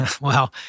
Wow